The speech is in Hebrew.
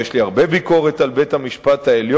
ויש לי הרבה ביקורת על בית-המשפט העליון,